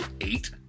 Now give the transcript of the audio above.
Eight